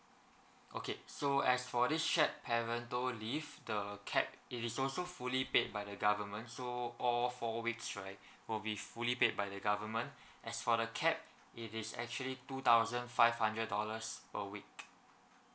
okay so as for this shared parental leave the cap it is also fully paid by the government so all four weeks right will be fully paid by the government as for the cap it is actually two thousand five hundred dollars per week